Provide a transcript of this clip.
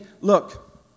look